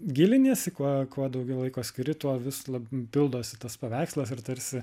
giliniesi kuo kuo daugiau laiko skiri tuo vis lab pildosi tas paveikslas ir tarsi